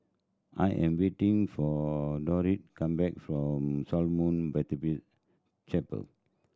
I am waiting for Dortha come back from Shalom Baptist Chapel